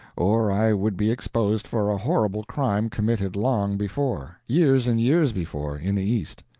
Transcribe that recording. or i would be exposed for a horrible crime committed long before years and years before in the east.